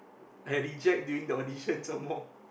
I reject during the audition some more